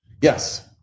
Yes